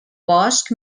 bosc